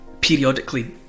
periodically